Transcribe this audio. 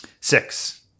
Six